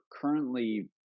currently